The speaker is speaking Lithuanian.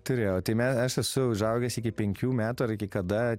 turėjau tai me aš esu užaugęs iki penkių metų ar iki kada